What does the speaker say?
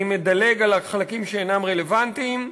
אני מדלג על החלקים שאינם רלוונטיים,